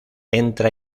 entra